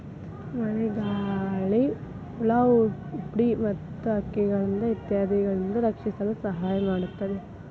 ಮಳಿಗಾಳಿ, ಹುಳಾಹುಪ್ಡಿ ಮತ್ತ ಹಕ್ಕಿಗಳಿಂದ ಇತ್ಯಾದಿಗಳಿಂದ ರಕ್ಷಿಸಲು ಸಹಾಯ ಮಾಡುತ್ತದೆ